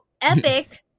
Epic